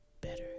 better